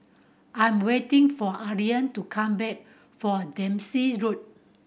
I'm waiting for Adriane to come back from Dempsey Road